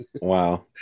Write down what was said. Wow